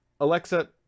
Alexa